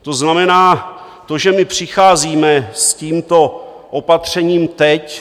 To znamená, že my přicházíme s tímto opatřením teď.